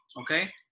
okay